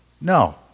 No